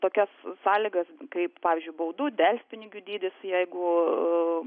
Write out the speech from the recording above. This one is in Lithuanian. tokias sąlygas kaip pavyzdžiui baudų delspinigių dydis jeigu